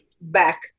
back